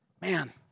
Man